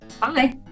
Bye